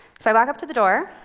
so i walk up to the door,